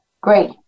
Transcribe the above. great